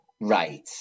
Right